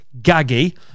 gaggy